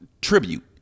Tribute